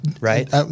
right